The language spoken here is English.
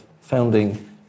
founding